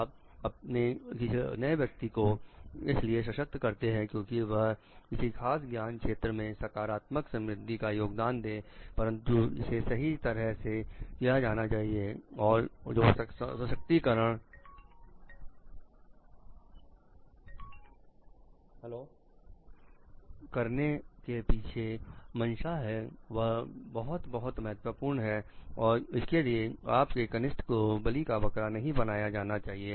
आप अपने किसी नए व्यक्ति को इसलिए सशक्त करते हैं क्योंकि वह किसी खास ज्ञान क्षेत्र में सकारात्मक समृद्धि का योगदान दे परंतु इसे सही तरह से किया जाना चाहिए और जो सशक्तिकरण करने के पीछे मंशा है वह बहुत बहुत महत्वपूर्ण है और इसके लिए आप के कनिष्ठ को बलि का बकरा नहीं बनाया जाना चाहिए